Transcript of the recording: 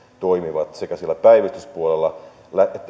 toimivat sekä siellä päivystyspuolella